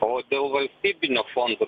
o dėl valstybinio fondo